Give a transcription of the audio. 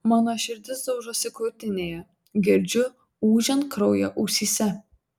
mano širdis daužosi krūtinėje girdžiu ūžiant kraują ausyse